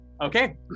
Okay